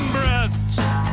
breasts